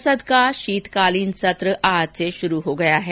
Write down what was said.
संसद का शीतकालीन सत्र आज से शुरू हो गया है